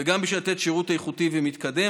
וגם בשביל לתת שירות איכותי ומתקדם,